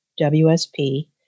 WSP